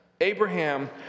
Abraham